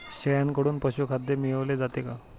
शेळ्यांकडून पशुखाद्य मिळवले जाते का?